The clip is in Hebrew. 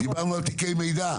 דיברנו על תיקי מידע.